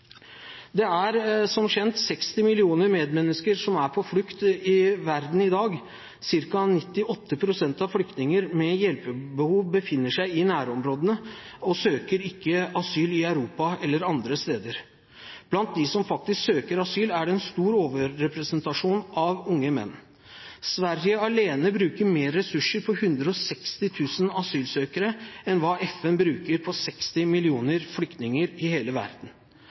Det er som kjent 60 millioner medmennesker på flukt i verden i dag. Cirka 98 pst. av flyktninger med hjelpebehov befinner seg i nærområdene og søker ikke asyl i Europa eller andre steder. Blant dem som faktisk søker asyl, er det en stor overrepresentasjon av unge menn. Sverige alene bruker mer ressurser på 160 000 asylsøkere enn hva FN bruker på 60 millioner flyktninger i hele verden.